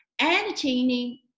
entertaining